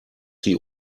sie